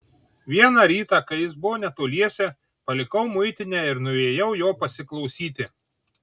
vieną rytą kai jis buvo netoliese palikau muitinę ir nuėjau jo pasiklausyti